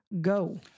go